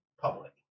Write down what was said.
public